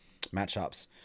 matchups